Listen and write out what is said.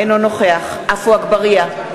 אינו נוכח עפו אגבאריה,